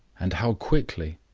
and how quickly?